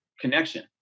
connection